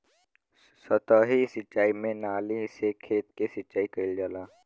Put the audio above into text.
सतही सिंचाई में नाली से खेत के सिंचाई कइल जाला